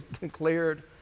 declared